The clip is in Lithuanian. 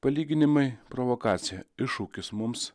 palyginimai provokacija iššūkis mums